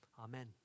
Amen